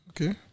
Okay